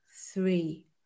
three